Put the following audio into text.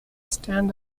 stand